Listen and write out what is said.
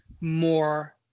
more